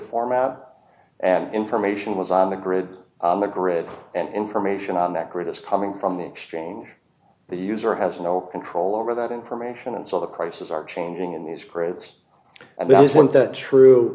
format and information was on the grid on the grid and information on that grid is coming from the exchange the user has no control over that information and so the prices are changing in these parades and that isn't that true